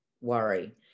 worry